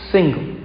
Single